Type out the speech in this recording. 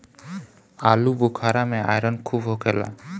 आलूबुखारा में आयरन खूब होखेला